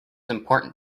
important